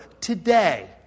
today